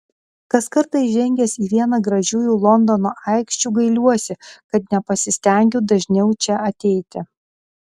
kas kartą įžengęs į vieną gražiųjų londono aikščių gailiuosi kad nepasistengiu dažniau čia ateiti